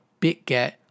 BitGet